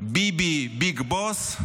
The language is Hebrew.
ביבי ביג בוס,